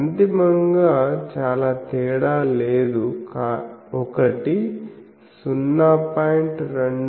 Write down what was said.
అంతిమంగా చాలా తేడా లేదు ఒకటి 0